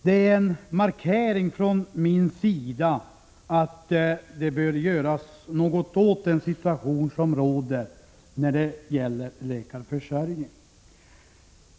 Jag vill på det sättet markera att det bör göras något åt den situation som råder när det gäller läkarförsörjningen.